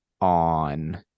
on